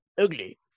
ugly